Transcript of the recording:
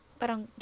parang